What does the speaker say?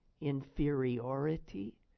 inferiority